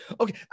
okay